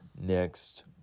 next